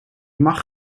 mag